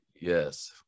Yes